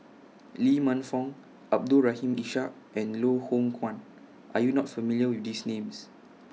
Lee Man Fong Abdul Rahim Ishak and Loh Hoong Kwan Are YOU not familiar with These Names